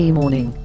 morning